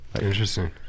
interesting